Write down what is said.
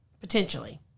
Potentially